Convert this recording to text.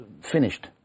finished